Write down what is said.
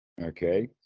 Okay